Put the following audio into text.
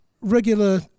regular